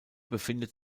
befindet